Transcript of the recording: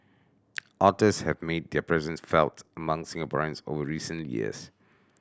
otters have made their presence felt among Singaporeans over recent years